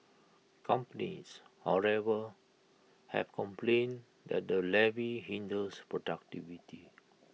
companies however have complained that the levy hinders productivity